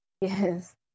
Yes